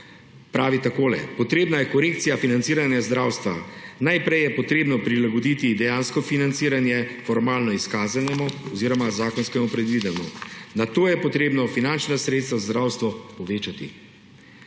pravi takole: »Potrebna je korekcija financiranja zdravstva. Najprej je potrebno prilagoditi dejansko financiranje formalno izkazanemu oziroma zakonsko predvidenemu. Nato je potrebno finančna sredstva za zdravstvo povečati,